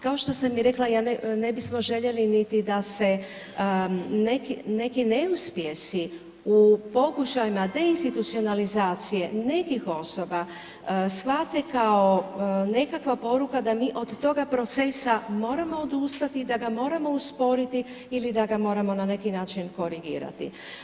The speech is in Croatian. Kao što sam i rekla, ja ne bismo željeli niti da se neki neuspjesi u pokušajima deinstitucionalizacije nekih osoba shvate kao nekakva poruka da mi od toga procesa moramo odustati, da ga moramo usporiti ili da ga moramo na neki način korigirati.